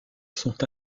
sont